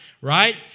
Right